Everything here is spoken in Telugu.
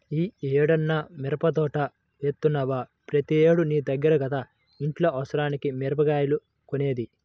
యీ ఏడన్నా మిరపదోట యేత్తన్నవా, ప్రతేడూ నీ దగ్గర కదా ఇంట్లో అవసరాలకి మిరగాయలు కొనేది